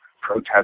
protest